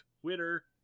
twitter